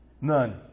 None